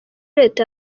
leta